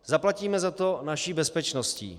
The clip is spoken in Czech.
Zaplatíme za to naší bezpečností.